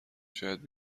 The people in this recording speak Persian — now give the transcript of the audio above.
شاید